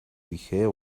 хийхээ